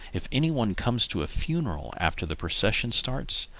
if anyone comes to a funeral after the procession starts,